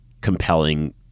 compelling